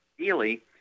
Ideally